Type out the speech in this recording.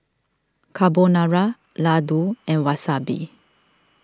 Carbonara Ladoo and Wasabi